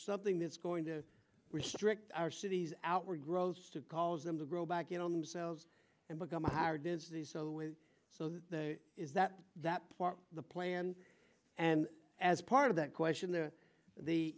something that's going to restrict our cities outward grows to cause them to grow back in on themselves and become a higher density so that is that that the plan and as part of that question the the